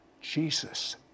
Jesus